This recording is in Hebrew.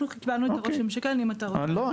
לא.